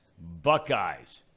Buckeyes